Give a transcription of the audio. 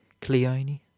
Cleone